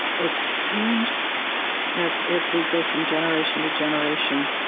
it seems as if we go from generation to generation,